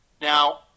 Now